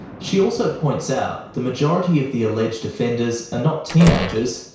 she also points out the majority of the alleged offenders are not teenagers,